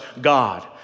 God